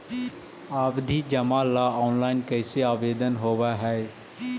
आवधि जमा ला ऑनलाइन कैसे आवेदन हावअ हई